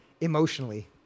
emotionally